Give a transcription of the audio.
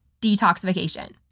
detoxification